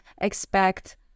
expect